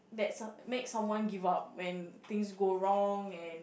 that's all make someone give up when things go wrong and